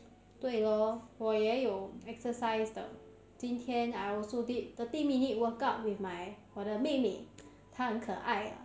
对咯我也有 exercise 的今天 I also did thirty minute workout with my 我的妹妹她很可爱